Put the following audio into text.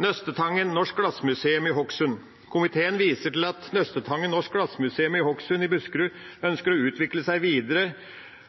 Nøstetangen norsk glassmuseum i Hokksund: «Komiteen viser til at Nøstetangen Norsk Glassmuseum i Hokksund i Buskerud ønsker å utvikle seg videre